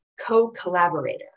co-collaborator